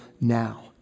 now